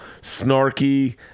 snarky